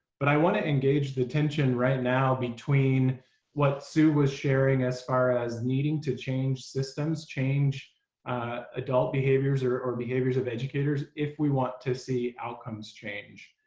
but i want to engage the tension right now between what sue was sharing, as far as needing to change systems change adult behaviors or or behaviors of educators, if we want to see outcomes change.